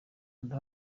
kanda